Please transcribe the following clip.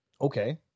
Okay